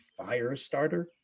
Firestarter